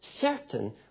certain